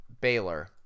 Baylor